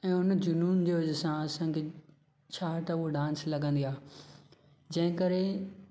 ऐं उन जुनून जे वज़ह सां असांखे ॾिसन्दे छा त असांखे उहा डांस लगन्दी आहे जंहिं करे